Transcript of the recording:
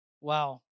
wow